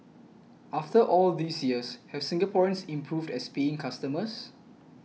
after all these years have Singaporeans improved as paying customers